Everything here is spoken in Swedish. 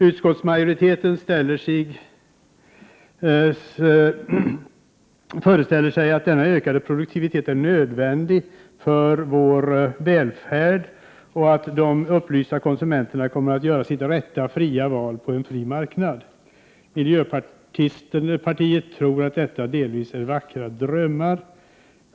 Utskottsmajoriteten föreställer sig att denna ökade produktivitet är nödvändig för vår välfärd och att de upplysta konsumenterna kommer att göra sina rätta, fria val på en fri marknad. Miljöpartiet tror att detta delvis är vackra drömmar.